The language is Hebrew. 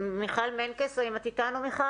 מיכל מנקס, האם את איתנו?